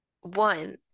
one